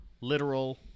literal